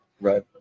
Right